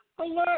alert